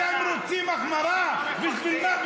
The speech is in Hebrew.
אתם רוצים החמרה, בשביל מה?